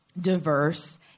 diverse